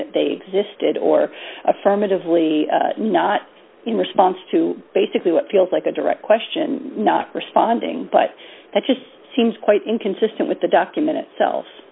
that they existed or affirmatively not in response to basically what feels like a direct question not responding but that just seems quite inconsistent with the document itsel